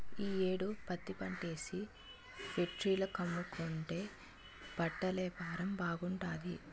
ఈ యేడు పత్తిపంటేసి ఫేట్రీల కమ్ముకుంటే బట్టలేపారం బాగుంటాది